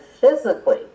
physically